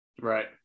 Right